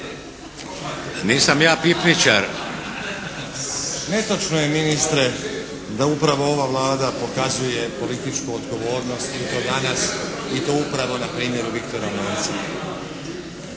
Nenad (SDP)** Netočno je ministre da upravo ova Vlada pokazuje političku odgovornost i to danas i to upravo na primjeru "Viktora Lenca".